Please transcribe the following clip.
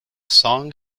song